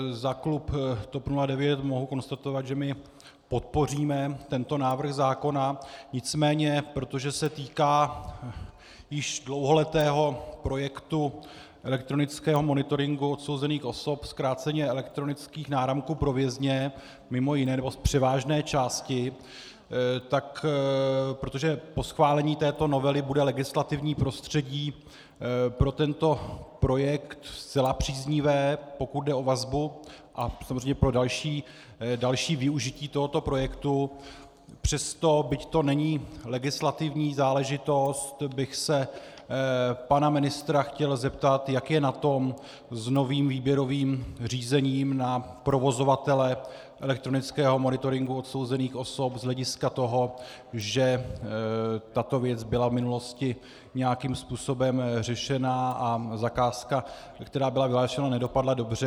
Za klub TOP 09 mohu konstatovat, že podpoříme tento návrh zákona, nicméně protože se týká již dlouholetého projektu elektronického monitoringu odsouzených osob, zkráceně elektronických náramků pro vězně, mimo jiné, nebo z převážné části, tak protože po schválení této novely bude legislativní prostředí pro tento projekt zcela příznivé, pokud jde o vazbu a samozřejmě pro další využití tohoto projektu, přesto byť to není legislativní záležitost, bych se pana ministra chtěl zeptat, jak je na tom s novým výběrovým řízením na provozovatele elektronického monitoringu odsouzených osob z hlediska toho, že tato věc byla v minulosti nějakým způsobem řešena a zakázka, která byla vyhlášena, nedopadla dobře.